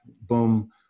Boom